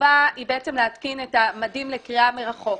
החובה היא בעצם להתקין את המדים לקריאה מרחוק.